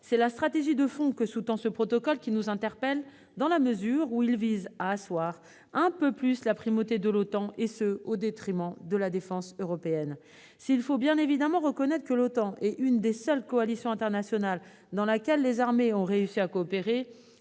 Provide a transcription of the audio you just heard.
c'est la stratégie de fond que sous-tend ce protocole qui appelle notre attention, dans la mesure où celui-ci vise à asseoir un peu plus la primauté de l'OTAN au détriment d'une défense européenne. S'il faut bien évidemment reconnaître que l'OTAN est l'une des seules coalitions internationales où les armées aient réussi à coopérer,